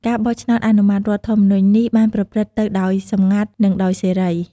ការបោះឆ្នោតអនុម័តរដ្ឋធម្មនុញ្ញនេះបានប្រព្រឹត្តទៅដោយសម្ងាត់ និងដោយសេរី។